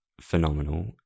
phenomenal